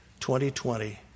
2020